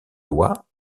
lois